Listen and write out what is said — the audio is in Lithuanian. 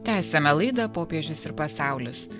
tęsiame laidą popiežius ir pasaulis